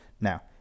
Now